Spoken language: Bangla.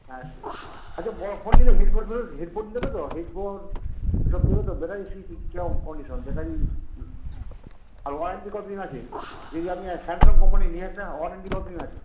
হ্যাঁ আচ্ছা বড়ো ফোন নিলে হেডফোন ফোর হেডফোন দেবে তো হেডফোন এসব দেবে তো ব্যাটারি কেরম কন্ডিশন ব্যাটারি আর ওয়ারেন্টি কতো দিন আছে যদি আমি স্যামসং কোম্পানির নিই একটা ওয়ারেন্টি কতো দিন আছে